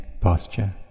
posture